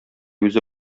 үзе